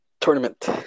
tournament